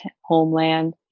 homeland